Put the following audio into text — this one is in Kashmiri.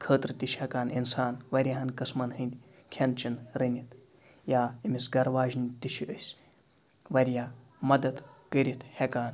خٲطرٕ تہِ چھِ ہیٚکان اِنسان واریاہَن قٕسمَن ہنٛدۍ کھیٚن چیٚن رٔنِتھ یا أمِس گَھرٕ واجنہِ تہِ چھِ أسۍ واریاہ مَدد کٔرِتھ ہیٚکان